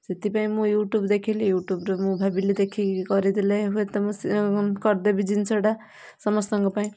ସେଥିପାଇଁ ମୁଁ ୟୁଟ୍ୟୁବ ଦେଖିଲି ୟୁଟ୍ୟୁବରୁ ମୁଁ ଭାବିଲି ଦେଖିକି କରିଦେଲେ ହୁଏ ତ ମୁଁ ସିଏ କରିଦେବି ଜିନିଷ ଟା ସମସ୍ତଙ୍କ ପାଇଁ